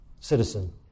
citizen